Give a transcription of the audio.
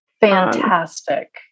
Fantastic